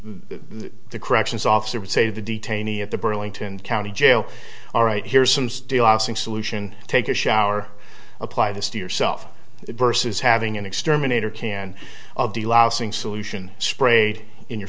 the corrections officer would say the detainee at the burlington county jail all right here's some still lasting solution take a shower apply this to yourself versus having an exterminator can of delousing solution sprayed in your